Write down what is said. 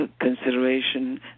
Consideration